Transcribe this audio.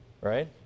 right